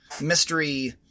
mystery